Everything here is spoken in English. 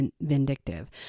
vindictive